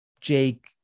Jake